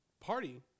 Party